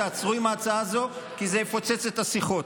תעצרו עם ההצעה הזאת כי זה יפוצץ את השיחות.